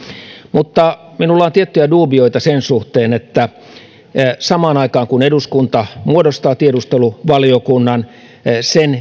mutta minulla on tiettyjä duubioita sen suhteen että samaan aikaan kun eduskunta muodostaa tiedusteluvaliokunnan sen